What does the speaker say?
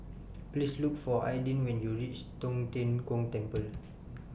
Please Look For Aydin when YOU REACH Tong Tien Kung Temple